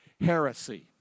Heresy